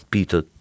Peter